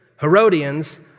Herodians